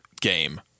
game